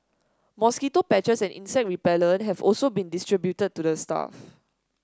mosquito patches and insect repellent have also been distributed to the staff